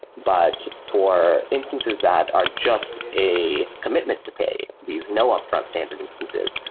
but for instances that are just a commitment to pay these no upfront standard instances,